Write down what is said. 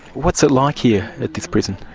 what's it like here at this prison?